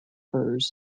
hers